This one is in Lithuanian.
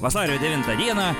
vasario devintą dieną